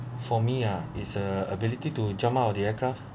for me ah is uh ability to jump out of the aircraft